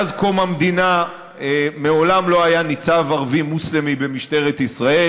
מאז קום המדינה מעולם לא היה ניצב ערבי מוסלמי במשטרת ישראל.